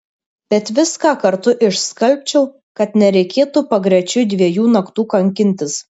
bet viską kartu išskalbčiau kad nereikėtų pagrečiui dviejų naktų kankintis